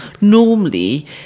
Normally